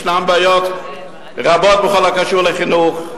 יש בעיות רבות בכל הקשור לחינוך,